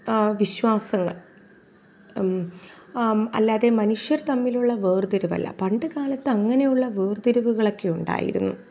ആ വിശ്വാസങ്ങൾ ആ അല്ലാതെ മനുഷ്യർ തമ്മിലുള്ള വേർതിരിവല്ല പണ്ടു കാലത്ത് അങ്ങനെയുള്ള വേർതിരിവുകളൊക്കെ ഉണ്ടായിരുന്നു